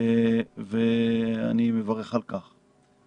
ואני מברך על כך.